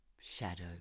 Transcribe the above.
shadow